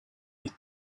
est